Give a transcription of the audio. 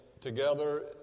together